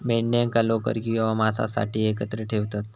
मेंढ्यांका लोकर किंवा मांसासाठी एकत्र ठेवतत